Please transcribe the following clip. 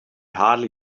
hardly